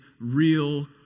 real